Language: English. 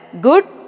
good